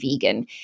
vegan